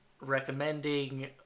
recommending